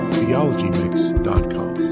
TheologyMix.com